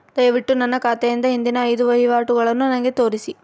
ದಯವಿಟ್ಟು ನನ್ನ ಖಾತೆಯಿಂದ ಹಿಂದಿನ ಐದು ವಹಿವಾಟುಗಳನ್ನು ನನಗೆ ತೋರಿಸಿ